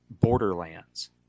Borderlands